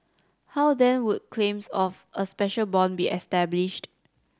how then would claims of a special bond be established